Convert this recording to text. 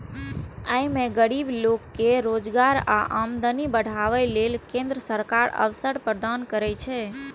अय मे गरीब लोक कें रोजगार आ आमदनी बढ़ाबै लेल केंद्र सरकार अवसर प्रदान करै छै